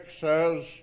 says